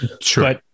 Sure